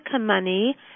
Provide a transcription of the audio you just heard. money